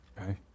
Okay